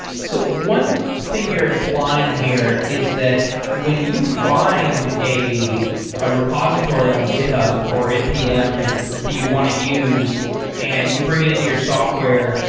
so one thing you're implying here is that when you find a ah repository on github or npm that you want to use and you bring it into your software,